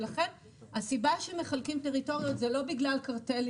הסיבה שמחלקים טריטוריות זה לא בגלל קרטלים.